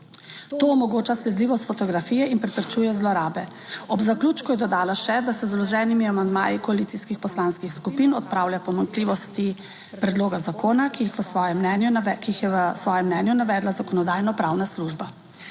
To omogoča sledljivost fotografije in preprečuje zlorabe. Ob zaključku je dodala še, da se z vloženimi amandmaji koalicijskih poslanskih skupin odpravljajo pomanjkljivosti predloga zakona. ki jih v svojem mnenju, ki jih je v svojem mnenju navedla Zakonodajno-pravna služba.